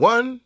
One